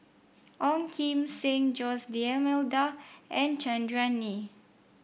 Ong Kim Seng Jose D'Almeida and Chandran Nair